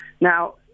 Now